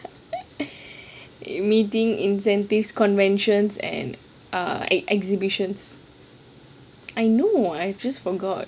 meetings incentives conventions and err exhibitions I know I just forgot